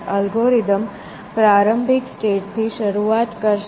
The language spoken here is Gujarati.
અલ્ગોરિધમ પ્રારંભિક સ્ટેટ થી શરૂઆત કરશે